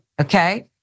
okay